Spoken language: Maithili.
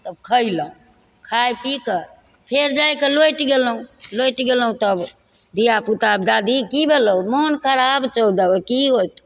तब खइलक खाइ पीकऽ फेर जाइ कऽ लोटि गेलहुँ लोटि गेलहुँ तब धियापुता दादी की भेलौ मोन खराब छौ दब की होइ छौ